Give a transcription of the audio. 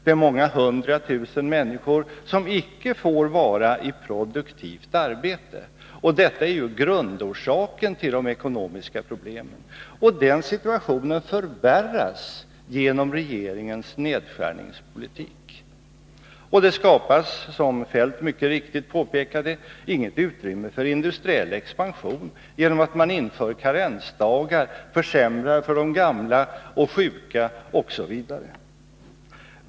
Det är många hundra tusen människor som icke får vara i produktivt arbete. Detta är grundorsaken till de ekonomiska problemen, och situationen förvärras genom regeringens nedskärningspolitik. Det skapas, som herr Feldt mycket riktigt påpekade, inget utrymme för industriell expansion genom att man inför karensdagar, försämrar för de gamla och sjuka osv.